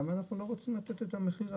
למה אנחנו לא רוצים לתת את המחיר,